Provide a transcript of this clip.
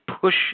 push